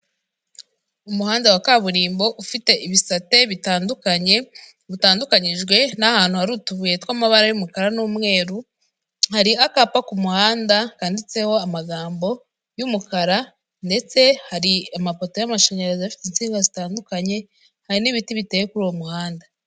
Umuhanda wa kaburimbo ufite ibisate bitandukanye, bitandukanyijwe n'ahantu hari utubuye tw'amabara y'umukara n'umweru; hari akapa ku muhanda kanditseho amagambo y'umukara, ndetse hari amapoto y'amashanyarazi afite insinga zitandukanye, hari n'ibiti biteye kuri uwo muhanda.